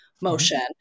motion